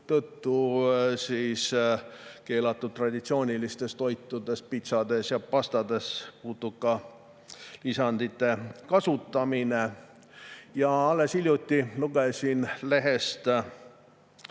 tõttu keelatud traditsioonilistes toitudes – pitsades ja pastades – putukalisandite kasutamine. Ja alles hiljuti lugesin lehest,